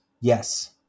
yes